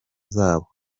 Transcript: zabo